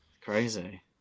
Crazy